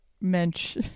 mensch